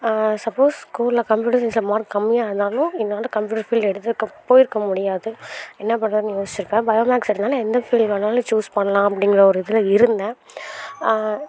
suppose ஸ்கூலில் computer சைன்ஸில் mark கம்மியாக ஆனாலும் என்னால் கம்ப்யூட்டர் ஃபீல்டு எடுத்துருக்க போயிருக்க முடியாது என்ன பண்ணுறதுனு யோசிச்சுருப்பேன் பயோ மேக்ஸ் எடுத்தனால எந்த ஃபீல்டு வேணாலும் சூஸ் பண்ணலாம் அப்படிங்குற ஒரு இதில் இருந்தேன்